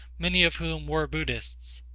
many of whom were buddhists.